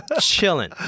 Chilling